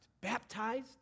Baptized